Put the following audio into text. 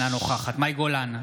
אינה נוכחת מאי גולן,